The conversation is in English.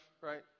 right